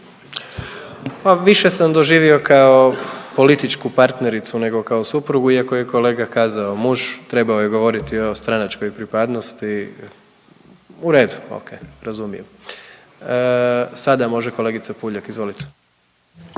Pa više sam doživio kao političku partnericu, nego kao suprugu, iako je kolega kazao muž, trebao je govoriti o stranačkoj pripadnosti. U redu, oke, razumijem. Sada može kolegica Puljak, izvolite.